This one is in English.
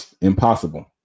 impossible